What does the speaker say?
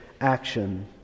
action